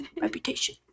reputation